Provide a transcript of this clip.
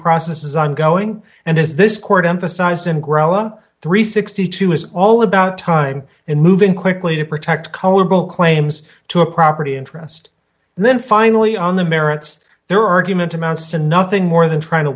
process is ongoing and as this court emphasized in grella three hundred and sixty two is all about time and moving quickly to protect colorable claims to a property interest and then finally on the merits their argument amounts to nothing more than trying to